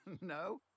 no